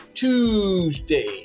Tuesday